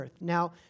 Now